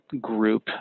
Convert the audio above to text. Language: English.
group